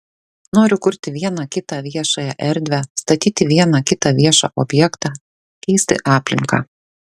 noriu kurti vieną kitą viešąją erdvę statyti vieną kitą viešą objektą keisti aplinką